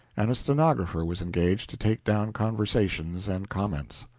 and a stenographer was engaged to take down conversations and comments.